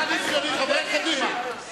מה הוא אמר?